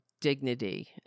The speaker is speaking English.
dignity